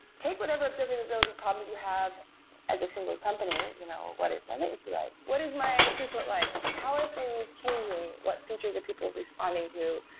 take whatever observability problems you have as a single company, you know what is my latency like? what is my throughput like? how are things changing? what features are people responding to?